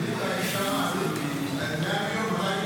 אתה יודע להגיד מהי העלות?